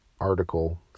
article